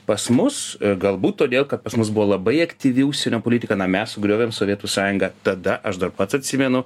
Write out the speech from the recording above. pas mus galbūt todėl kad pas mus buvo labai aktyvi užsienio politika na mes sugriovėm sovietų sąjungą tada aš dar pats atsimenu